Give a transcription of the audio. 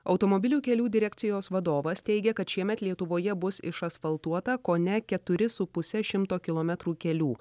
automobilių kelių direkcijos vadovas teigia kad šiemet lietuvoje bus išasfaltuota kone keturi su puse šimto kilometrų kelių